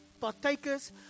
partakers